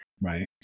Right